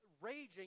raging